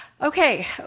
Okay